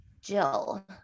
Jill